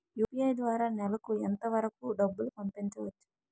UPI ద్వారా నెలకు ఎంత వరకూ డబ్బులు పంపించవచ్చు?